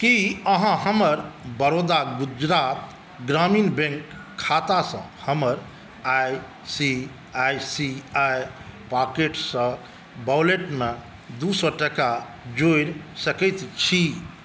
की अहाँ हमर बड़ौदा गुजरात ग्रामीण बैंक खातासँ हमर I C I C I पॉकेटसँ वॉलेटमे दू सए टाका जोड़ि सकैत छी